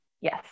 yes